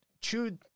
chewed